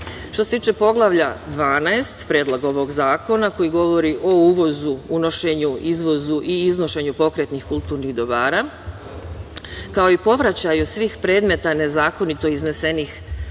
se tiče Poglavlja 12 Predloga ovog zakona koji govori o uvozu, unošenju, izvozu i iznošenju pokretnih kulturnih dobara, kao i povraćaju svih predmeta nezakonito iznesenih sa